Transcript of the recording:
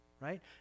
Right